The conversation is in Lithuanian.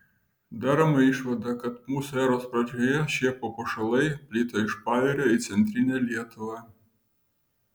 daroma išvada kad mūsų eros pradžioje šie papuošalai plito iš pajūrio į centrinę lietuvą